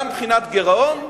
גם מבחינת גירעון,